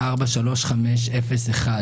תוכנית 543501